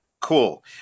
Cool